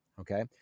okay